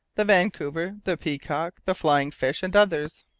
the vancouver, the peacock, the flying fish, and others.